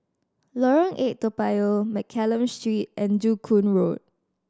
Lorong Eight Toa Payoh Mccallum Street and Joo Koon Road